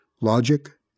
logic